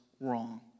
wrong